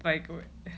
like